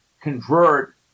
convert